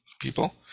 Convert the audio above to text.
people